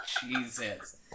Jesus